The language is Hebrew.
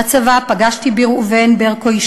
בצבא פגשתי בראובן ברקו,